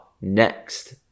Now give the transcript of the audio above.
next